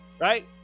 Right